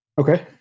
Okay